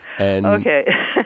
Okay